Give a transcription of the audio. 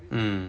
mm